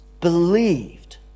believed